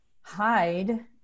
hide